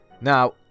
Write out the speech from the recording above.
Now